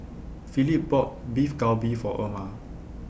Phillip bought Beef Galbi For Erma